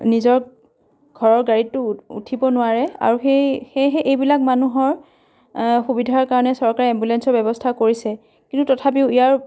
নিজৰ ঘৰৰ গাড়ীতো উঠিব নোৱাৰে আৰু সেই সেয়েহে এইবিলাক মানুহৰ সুবিধাৰ কাৰণে চৰকাৰে এম্বুলেঞ্চৰ ব্যৱস্থা কৰিছে কিন্তু তথাপিও ইয়াৰ